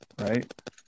right